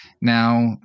Now